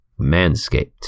Manscaped